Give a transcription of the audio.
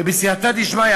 ובסייעתא דשמיא,